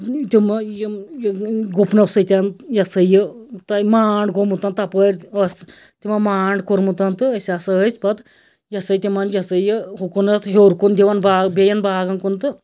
تِمہٕ یم یِم گُپنو سۭتٮ۪ن یہِ ہسا یہِ تتہِ مانٛڈ گوٚمُت تَپٲرۍ ٲسۍ تِمو مانٛڈ کوٚرمُت تہٕ أسۍ ہَسا ٲسۍ پَتہٕ یہِ ہَسا تِمن یہِ ہَسا یہِ ہُکُنَتھ ہیوٚر کُن دوان با بیٚیَن باغَن کُن تہٕ